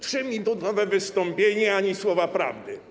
3-minutowe wystąpienie i ani słowa prawdy.